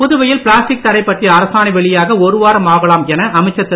புதுவையில் பிளாஸ்டிக் தடை பற்றிய அரசாணை வெளியாக ஒருவாரம் ஆகலாம் என அமைச்சர் திரு